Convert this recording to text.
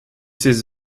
ses